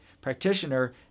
practitioner